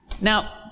Now